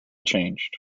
changed